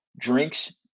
drinks